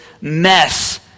mess